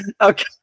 okay